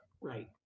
right